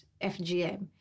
FGM